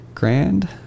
grand